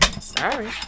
Sorry